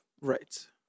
Right